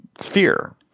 fear